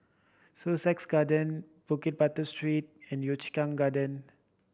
Sussex Garden Bukit Batok Street and Yio Chu Kang Garden